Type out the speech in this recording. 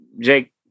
Jake